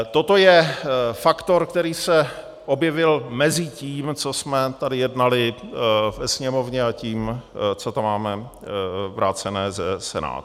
Toto je faktor, který se objevil mezi tím, co jsme tady jednali ve Sněmovně, a tím, co to máme vrácené ze Senátu.